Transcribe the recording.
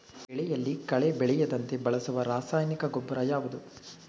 ಬೆಳೆಯಲ್ಲಿ ಕಳೆ ಬೆಳೆಯದಂತೆ ಬಳಸುವ ರಾಸಾಯನಿಕ ಗೊಬ್ಬರ ಯಾವುದು?